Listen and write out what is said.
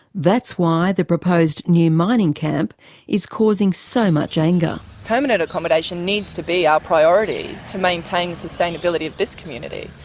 that's why the proposed new mining camp is causing so much anger. permanent accommodation needs to be our priority to maintain the sustainability of this community.